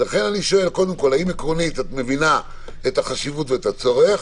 האם עקרונית את מבינה את החשיבות ואת הצורך?